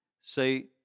say